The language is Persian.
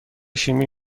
شیمی